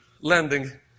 landing